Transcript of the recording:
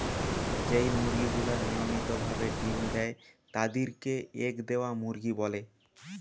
যেই মুরগি গুলা নিয়মিত ভাবে ডিম্ দেয় তাদির কে এগ দেওয়া মুরগি বলে